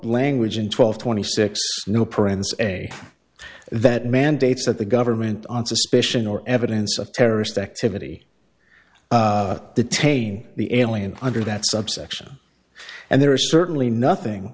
language in twelve twenty six no prince and that mandates that the government on suspicion or evidence of terrorist activity detain the alien under that subsection and there is certainly nothing